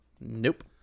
nope